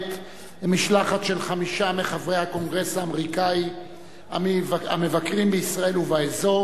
משלחת של חמישה מחברי הקונגרס האמריקני המבקרים בישראל ובאזור